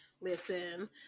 Listen